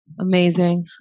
Amazing